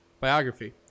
biography